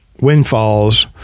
windfalls